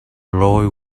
roy